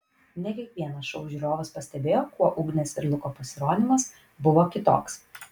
ne kiekvienas šou žiūrovas pastebėjo kuo ugnės ir luko pasirodymas buvo kitoks